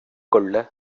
கொள்ள